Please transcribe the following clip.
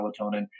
melatonin